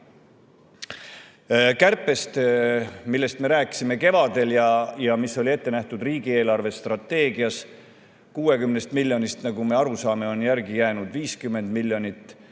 Kärpest, millest me rääkisime kevadel ja mis oli ette nähtud riigi eelarvestrateegias – sellest 60 miljonist on, nagu me aru saame, järele jäänud 50 miljonit.